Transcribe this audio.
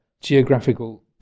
geographical